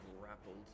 grappled